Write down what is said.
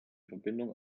verbindung